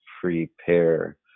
prepare